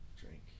drink